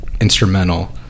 instrumental